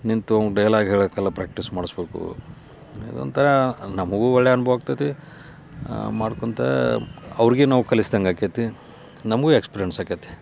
ನಿಂತು ಡೈಲಾಗ್ ಹೇಳಕ್ಕೆಲ್ಲ ಪ್ರ್ಯಾಕ್ಟಿಸ್ ಮಾಡಿಸ್ಬೇಕು ಆಮೇಲ್ ಒಂಥರ ನಮಗೂ ಒಳ್ಳೆಯ ಅನುಭವ ಆಗ್ತೈತಿ ಮಾಡ್ಕೊತಾ ಅವರಿಗೆ ನಾವು ಕಲಿಸ್ದಂಗೆ ಆಕೈತಿ ನಮಗೂ ಎಕ್ಸ್ಪಿರಿಯನ್ಸ್ ಆಕೈತಿ